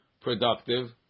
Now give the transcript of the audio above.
productive